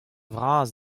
vras